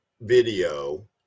video